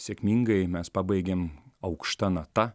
sėkmingai mes pabaigėm aukšta nata